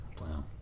Wow